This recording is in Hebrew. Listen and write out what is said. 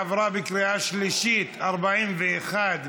הצעת החוק עברה בקריאה שלישית 41 בעד,